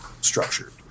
structured